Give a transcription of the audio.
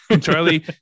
charlie